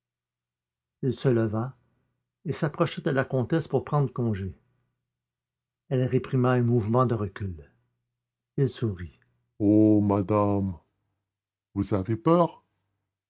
il se leva et s'approcha de la comtesse pour prendre congé elle réprima un mouvement de recul il sourit oh madame vous avez peur